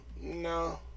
No